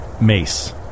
mace